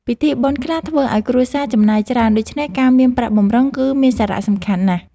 ពិធីបុណ្យខ្លះធ្វើឱ្យគ្រួសារចំណាយច្រើន ដូច្នេះការមានប្រាក់បម្រុងគឺមានសារៈសំខាន់ណាស់។